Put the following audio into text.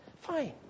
Fine